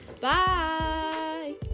bye